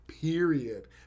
period